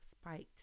spiked